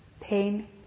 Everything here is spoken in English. pain